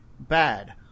Bad